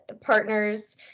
partners